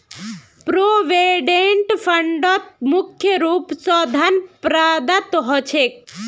provident फंडत मुख्य रूप स धन प्रदत्त ह छेक